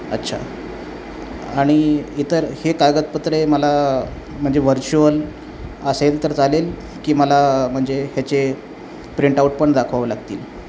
अच्छा आणि इतर हे कागदपत्रे मला म्हणजे व्हर्च्युअल असेल तर चालेल की मला म्हणजे ह्याचे प्रिंटआउट पण दाखवावं लागतील